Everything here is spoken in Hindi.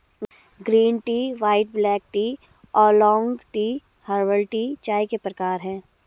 green tea white black tea oolong tea herbal tea चाय के प्रकार है